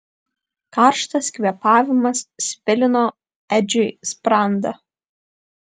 karštas kvėpavimas svilino edžiui sprandą